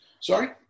Sorry